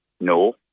no